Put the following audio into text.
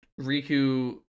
Riku